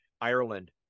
Ireland